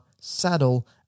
saddle